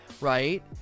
right